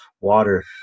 water